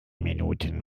minuten